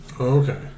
Okay